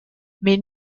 mais